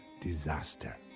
disaster